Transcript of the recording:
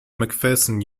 mcpherson